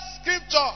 scripture